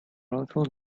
little